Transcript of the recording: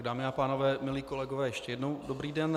Dámy a pánové, milí kolegové, ještě jednou dobrý den.